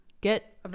Get